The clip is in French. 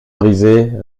brisées